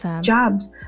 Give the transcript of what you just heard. jobs